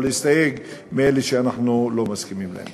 או להסתייג מאלה שאנחנו לא מסכימים להם.